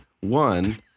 One